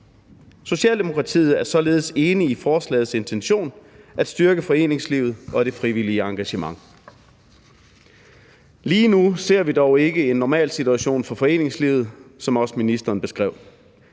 Socialdemokratiet er således enig i forslagets intention, nemlig at styrke foreningslivet og det frivillige engagement. Lige nu ser vi dog ikke en normal situation for foreningslivet, som også ministeren beskrev